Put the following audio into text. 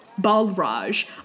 Balraj